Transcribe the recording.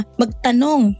magtanong